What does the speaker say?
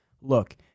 Look